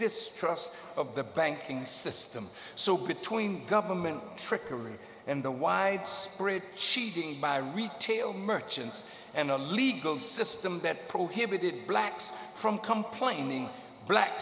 distrust of the banking system so between government trickery and the widespread cheating by retail merchants and the legal system that prohibited blacks from complaining black